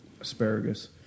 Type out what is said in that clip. asparagus